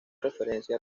referencia